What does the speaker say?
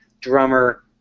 drummer